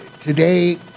today